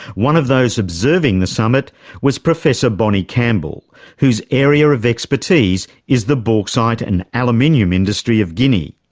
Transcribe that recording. one of those observing the summit was professor bonnie campbell, whose area of expertise is the bauxite and aluminium industry of guinea.